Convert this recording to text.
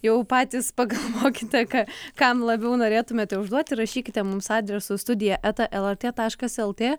jau patys pagalvokite ką kam labiau norėtumėte užduoti rašykite mums adresu studija eta lrt taškas lt